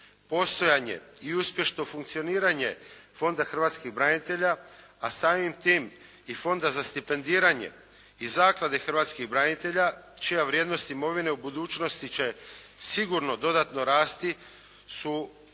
Postojanje i uspješno funkcioniranje Fonda hrvatskih branitelja a samim time i Fonda za stipendiranje i zaklade hrvatskih branitelja čija vrijednost imovine u budućnosti će sigurno dodatno rasti su